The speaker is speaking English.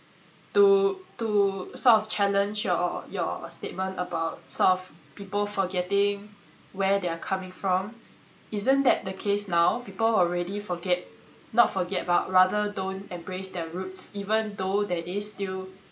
to to sort of challenge your your statement about sort of people forgetting where they're coming from isn't that the case now people already forget not forget about rather don't embrace their roots even though there is still